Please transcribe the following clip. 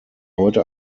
heute